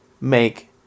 make